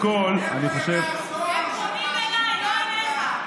איפה, זוהר, הם פונים אליי, לא אליך.